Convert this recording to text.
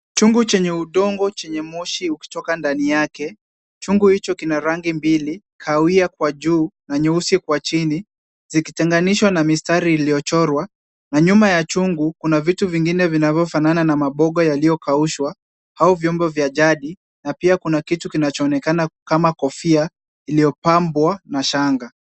Chungu chenye udongo chenye moshi ukitoka ndani yake, chungu hicho kina rangi mbili; kahawia kwa juu na nyeusi kwa chini zikichanganyishwa na mistari iliyochorwa, na nyuma ya chungu kuna vitu vingine vinavyofanana na mabogo yaliyokaushwa au vyombo vya jadi, pia kuna kitu kinachoonekana kama kofia iliyopambwa na shanga.